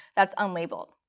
that's unlabelled.